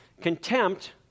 Contempt